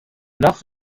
nach